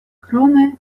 krome